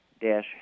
dash